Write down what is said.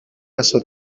pasó